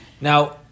Now